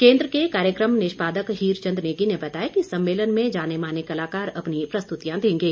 केंद्र के कार्यक्रम निष्पादक हीरचंद नेगी ने बताया कि सम्मेलन में जानेमाने कलाकार अपनी प्रस्तुतियां देंगे